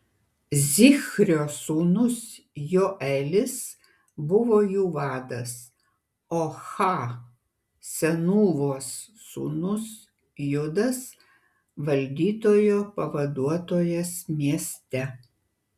zichrio sūnus joelis buvo jų vadas o ha senūvos sūnus judas valdytojo pavaduotojas mieste